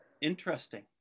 Interesting